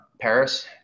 Paris